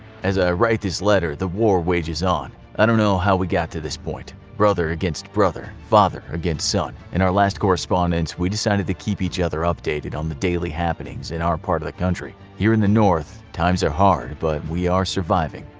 as i write this letter the war rages on. i don't know how we got to this point. brother against brother, father against son. in our last correspondence we decided to keep each other updated on the daily happenings in our part of the country. here in the north times are hard, but we are surviving.